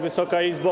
Wysoka Izbo!